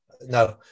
no